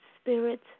Spirit